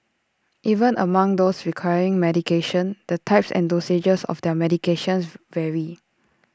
even among those requiring medication the types and dosages of their medications vary